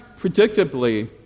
predictably